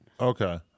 Okay